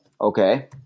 Okay